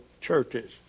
churches